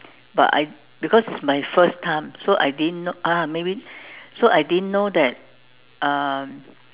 but I because my first time so I didn't know ah maybe so I didn't know that um